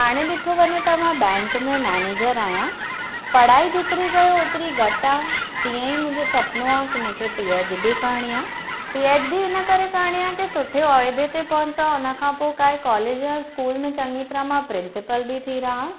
हाणे ॾिठो वञे त मां बैंक में मैनेजर आहियां पढ़ाई जेतिरी कयो होतिरी घटि आहे तीअं ई मुंहिंजो सुपिनो आहे की मूंखे पी एच डी करिणी आहे पी एच डी हिन करे करिणी आहे कि सुठे उहिदे ते पहुचां हुन खां पोइ कंहिं कॉलेज या स्कूल में चङी तरह मां प्रिंसिपल बि थी रहां